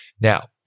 Now